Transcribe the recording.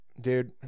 Dude